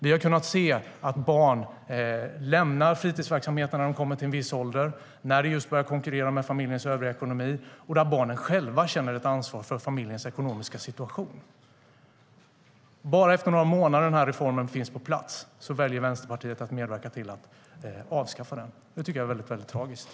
Vi har kunnat se att barn lämnar fritidsverksamheten när de kommer till en viss ålder, just när det börjar konkurrera med familjens övriga ekonomi, där barnen själva känner ett ansvar för familjens ekonomiska situation.